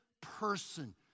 person